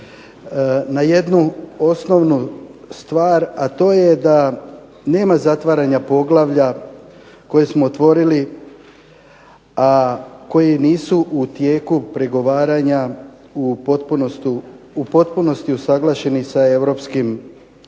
na jednu osnovnu stvar a to je da nema zatvaranja poglavlja koje smo otvorili a koji nisu u tijeku pregovaranja u potpunosti usaglašeni sa europskim